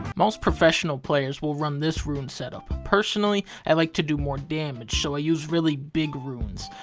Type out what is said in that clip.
most professional players will run this rune setup. personally, i like to do more damage, so i use really big runes.